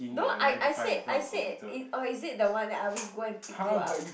no I I said I said is oh is it the one that I always go and pick you up